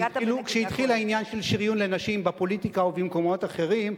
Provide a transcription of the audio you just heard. כשהתחיל העניין של שריון לנשים בפוליטיקה ובמקומות אחרים,